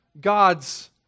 God's